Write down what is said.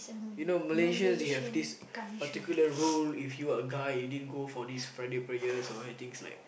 you know Malaysia you have this particular rule if you are a guy you didn't go for this Friday prayers or anything is like